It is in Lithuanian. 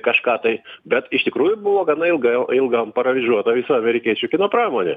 kažką tai bet iš tikrųjų buvo gana ilga ilgam paralyžiuota visa amerikiečių kino pramonė